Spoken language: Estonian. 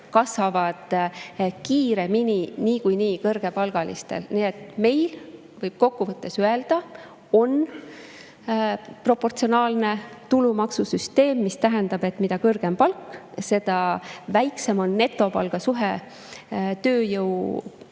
kasvavad kiiremini niikuinii kõrgepalgalistel. Nii et meil, võib kokku võttes öelda, on proportsionaalne tulumaksusüsteem, mis tähendab, et mida kõrgem palk, seda väiksem on netopalga suhe